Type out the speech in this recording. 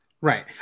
Right